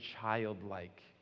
childlike